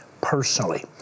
personally